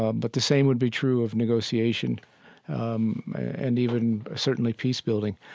ah but the same would be true of negotiation um and even certainly peace-building.